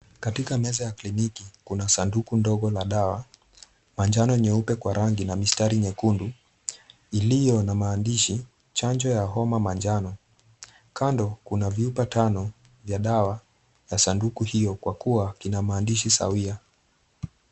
Katika meza ya kliniki kuna sanduku ndogo la dawa na njano nyeupe kwa rangi na mistari nyekundu iliyo na maandishi chanjo ya homa manjano. Kando kuna vyupa tano vya dawa ya sanduku hiyo kwa kuwa ina maandishi sawia.